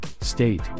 state